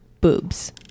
boobs